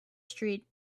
street